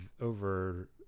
over